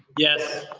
yes.